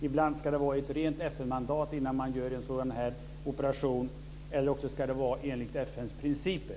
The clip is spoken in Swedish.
Ibland ska det finnas ett rent FN-mandat innan man genomför en sådan här operation, ibland ska det bara vara enligt FN:s principer.